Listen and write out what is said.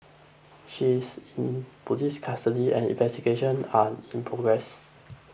she's in police custody and investigations are in progress